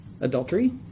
adultery